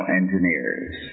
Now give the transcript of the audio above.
engineers